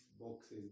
boxes